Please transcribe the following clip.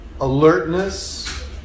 alertness